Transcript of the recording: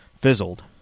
fizzled